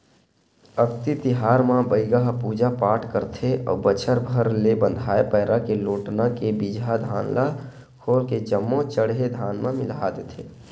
अक्ती तिहार म बइगा ह पूजा पाठ करथे अउ बछर भर ले बंधाए पैरा के लोटना के बिजहा धान ल खोल के जम्मो चड़हे धान म मिला देथे